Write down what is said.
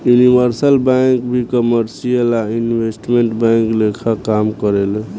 universal bank भी commercial आ investment bank लेखा काम करेले